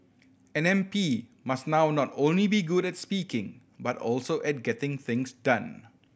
an M P must now not only be good at speaking but also at getting things done